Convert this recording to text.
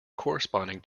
corresponding